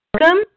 Welcome